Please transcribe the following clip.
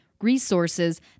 resources